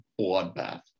bloodbath